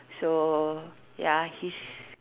so ya he's